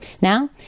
Now